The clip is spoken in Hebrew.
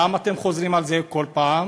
למה אתם חוזרים על זה כל פעם?